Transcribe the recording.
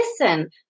listen